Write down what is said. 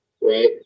right